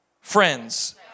friends